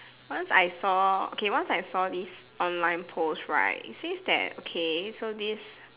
once I saw okay once I saw this online post right it says that okay so this